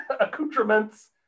accoutrements